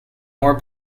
more